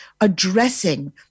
addressing